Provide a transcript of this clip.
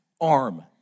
Arm